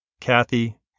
Kathy